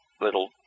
little